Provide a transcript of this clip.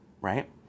right